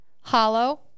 hollow